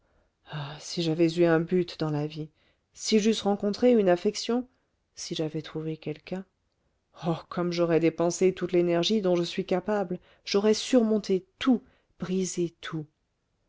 ah si j'avais eu un but dans la vie si j'eusse rencontré une affection si j'avais trouvé quelqu'un oh comme j'aurais dépensé toute l'énergie dont je suis capable j'aurais surmonté tout brisé tout